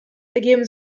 ergeben